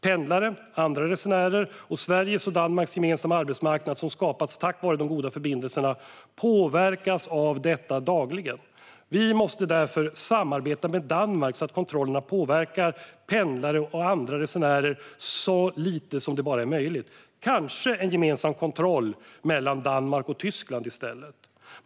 Pendlare, andra resenärer och Sveriges och Danmarks gemensamma arbetsmarknad som skapats tack vare de goda förbindelserna påverkas av detta dagligen. Vi måste därför samarbeta med Danmark så att kontrollerna påverkar pendlare och andra resenärer så lite som det bara är möjligt. Kan man kanske ha en gemensam kontroll mellan Danmark och Tyskland?